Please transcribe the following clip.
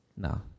No